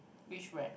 which friend